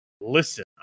listen